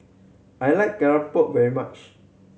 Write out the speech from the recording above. I like keropok very much